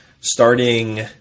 starting